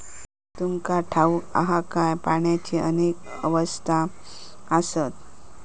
तुमका ठाऊक हा काय, पाण्याची अनेक अवस्था आसत?